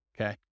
Okay